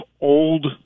old